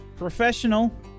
professional